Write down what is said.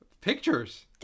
Pictures